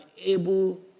able